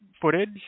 footage